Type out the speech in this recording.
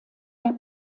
der